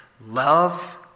love